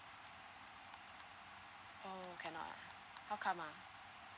oh cannot ah how come ah